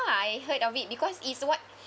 I heard of it because it's what